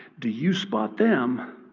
do you spot them